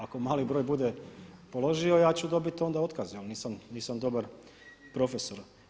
Ako mali broj bude položio ja ću dobiti onda otkaz jer nisam dobar profesor.